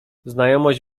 znajomość